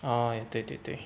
oh 对对对